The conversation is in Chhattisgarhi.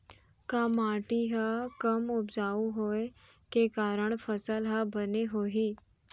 का माटी हा कम उपजाऊ होये के कारण फसल हा बने होही?